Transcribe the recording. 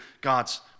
God's